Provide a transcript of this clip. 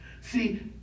See